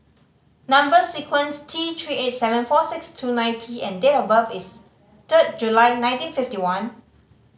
number sequence T Three eight seven four six two nine P and date of birth is third July nineteen fifty one